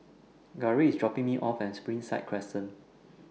Garrick IS dropping Me off At Springside Crescent